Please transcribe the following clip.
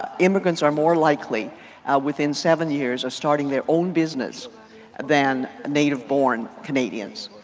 ah immigrants are more likely within seven years of starting their own business than native born canadians.